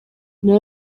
nta